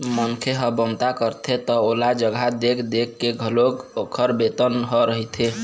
मनखे ह बमता करथे त ओला जघा देख देख के घलोक ओखर बेतन ह रहिथे